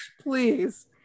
please